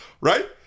right